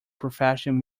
professional